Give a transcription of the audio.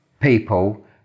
people